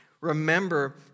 remember